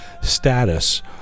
status